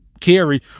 carry